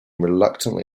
reluctantly